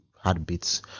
heartbeats